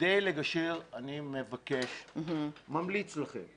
כדי לגשר אני מבקש, ממליץ לכם,